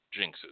jinxes